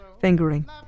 fingering